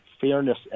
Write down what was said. fairness